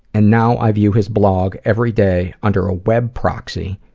and now i view his blog every day, under a web proxy,